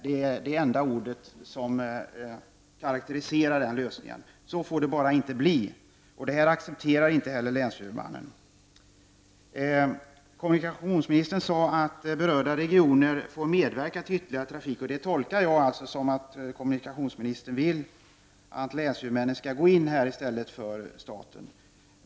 Det är det enda ord som karakteriserar den lösningen. Så får det bara inte bli. Detta accepterar inte heller länshuvudmannen. Kommunikationsministern sade att berörda regioner får medverka till ytterligare trafik. Det tolkar jag som att kommunikationsministern vill att länshuvudmännen skall gå in i stället för staten.